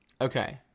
Okay